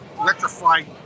electrified